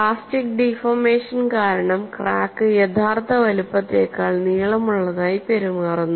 plastic deformation കാരണം crack യഥാർത്ഥ വലുപ്പത്തേക്കാൾ നീളമുള്ളതായി പെരുമാറുന്നു